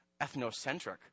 ethnocentric